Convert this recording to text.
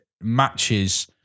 matches